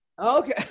Okay